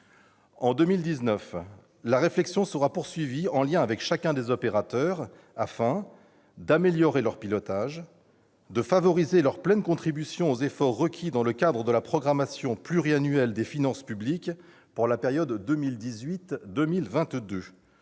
En 2019, la réflexion sera poursuivie en liaison avec chacun des opérateurs, afin d'améliorer leur pilotage, de favoriser leur pleine contribution aux efforts requis dans le cadre de la programmation pluriannuelle des finances publiques pour la période 2018-2022,